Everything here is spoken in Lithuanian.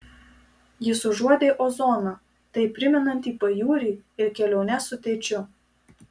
jis užuodė ozoną taip primenantį pajūrį ir keliones su tėčiu